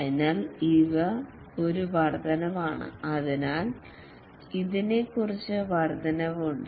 അതിനാൽ ഇവ ഒരു വർധനവാണ് അതിനാൽ ഇതിന് കുറച്ച് വർദ്ധനവ് ഉണ്ട്